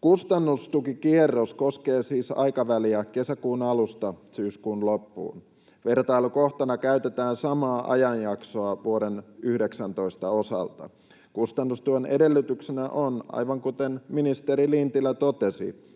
kustannustukikierros koskee siis aikaväliä kesäkuun alusta syyskuun loppuun. Vertailukohtana käytetään samaa ajanjaksoa vuoden 19 osalta. Kustannustuen edellytyksenä on, aivan kuten ministeri Lintilä totesi,